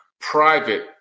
private